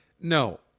No